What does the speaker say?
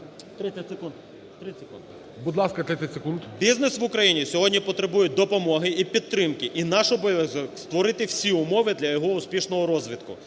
Бізнес в Україні сьогодні потребує допомоги і підтримки, і наш обов'язок – створити всі умови для його успішного розвитку.